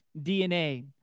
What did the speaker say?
DNA